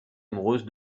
amoureuse